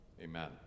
Amen